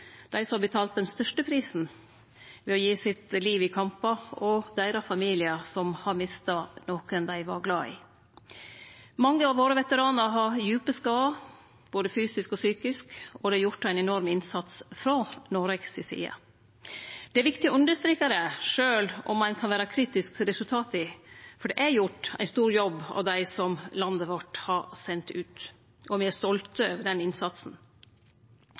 dei som har betalt den største prisen ved å gi livet sitt i kampar, og deira familiar som har mista nokon dei var glad i. Mange av våre veteranar har djupe skadar, både fysisk og psykisk, og det er gjort ein enorm innsats frå Noreg si side. Det er viktig å understreke det, sjølv om ein kan vere kritisk til resultata, for det er gjort ein stor jobb av dei som landet vårt har sendt ut. Og me er stolte over den innsatsen.